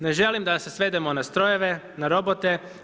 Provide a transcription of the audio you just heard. Ne želim da se svedemo na strojeve, na robote.